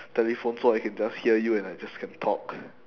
telephone so I can just hear you and I just can talk